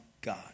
God